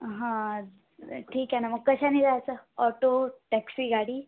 हं ठीक आहे ना मग कशाने जायचं ऑटो टॅक्सी गाडी